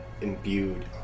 imbued